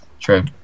true